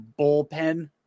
bullpen